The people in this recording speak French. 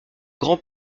grand